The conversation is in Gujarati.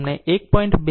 તમને 1